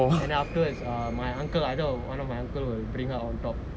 then afterwards err my uncle either one of my uncle will bring her on top